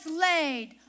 laid